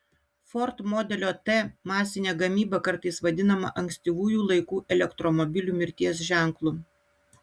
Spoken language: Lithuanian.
ford modelio t masinė gamyba kartais vadinama ankstyvųjų laikų elektromobilių mirties ženklu